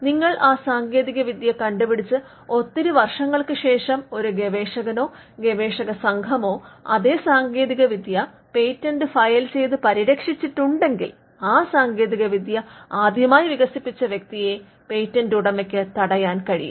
നിങ്ങൾ ആ സാങ്കേതിക വിദ്യ കണ്ടുപിടിച്ച് ഒത്തിരി വർഷങ്ങൾക്കു ശേഷം ഒരു ഗവേഷകനോ ഗവേഷകസംഘമോ അതെ സാങ്കേതികവിദ്യ പേറ്റന്റ് ഫയൽ ചെയ്ത് പരിരക്ഷിച്ചിട്ടുണ്ടെങ്കിൽ ആ സാങ്കേതികവിദ്യ ആദ്യമായി വികസിപ്പിച്ച വ്യക്തിയെ പേറ്റന്റ് ഉടമയ്ക്ക് തടയാൻ കഴിയും